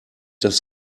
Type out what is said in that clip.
das